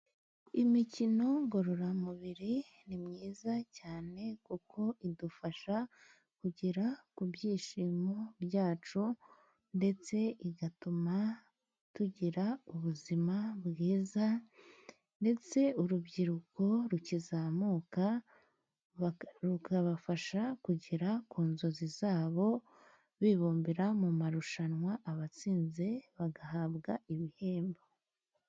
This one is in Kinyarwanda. Imikino ngororamubiri ni myiza cyane kuko idufasha kugera ku byishimo byacu, ndetse igatuma tugira ubuzima bwiza, ndetse urubyiruko rukizamuka rukabafasha kugera ku nzozi zabo, bibumbira mu marushanwa abatsinze bagahabwa ibihembo.